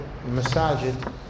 masajid